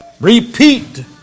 Repeat